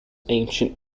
ancient